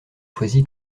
choisie